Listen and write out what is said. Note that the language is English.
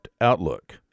Outlook